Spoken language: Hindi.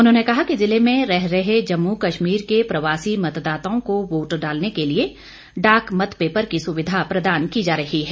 उन्होंने कहा कि जिले में रह रहे जम्मू कश्मीर के प्रवासी मतदाताओं को वोट डालने के लिए डाक मत पेपर की सुविधा प्रदान की जा रही है